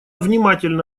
внимательно